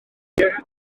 eto